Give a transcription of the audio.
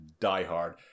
Diehard